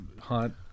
hunt